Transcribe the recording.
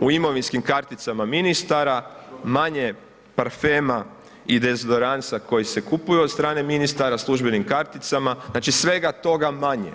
u imovinskim karticama ministara, manje parfema i dezodoransa koji se kupuje od strane ministara službenim karticama, znači svega toga manje.